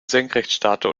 senkrechtstarter